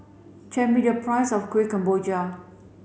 tell me the price of Kueh Kemboja